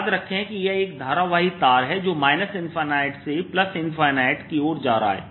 याद रखें कि यह एक धारावाही तार है जो से की ओर जा रहा है